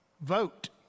vote